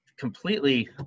completely